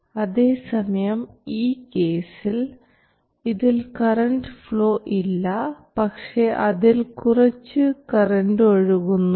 അതേസമയം ഈ കേസിൽ ഇതിൽ കറൻറ് ഫ്ലോ ഇല്ല പക്ഷേ അതിൽ കുറച്ച് കറൻറ് ഒഴുകുന്നുണ്ട്